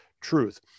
truth